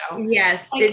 yes